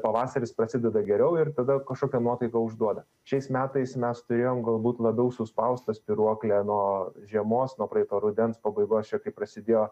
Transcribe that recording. pavasaris prasideda geriau ir tada kažkokią nuotaiką užduoda šiais metais mes turėjom galbūt labiau suspaustą spyruoklę nuo žiemos nuo praeito rudens pabaigos čia kai prasidėjo